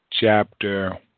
chapter